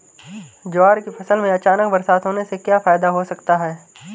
ज्वार की फसल में अचानक बरसात होने से क्या फायदा हो सकता है?